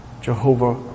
Jehovah